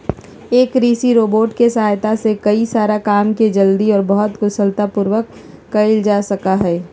एक कृषि रोबोट के सहायता से कई सारा काम के जल्दी और बहुत कुशलता पूर्वक कइल जा सका हई